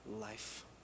life